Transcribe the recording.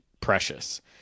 precious